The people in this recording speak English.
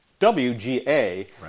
WGA